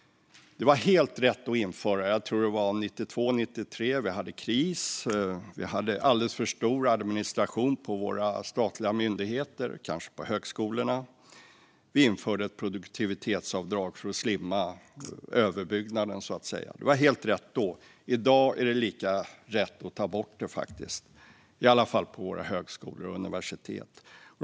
Det var helt rätt att införa dem. Jag tror att det var 1992, 1993. Vi hade kris och alldeles för stor administration på våra statliga myndigheter och kanske på högskolorna. Vi införde ett produktivitetsavdrag för att slimma överbyggnaden. Det var helt rätt då. I dag är det lika rätt att ta bort det, i varje fall på våra högskolor och universitet.